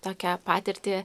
tokią patirtį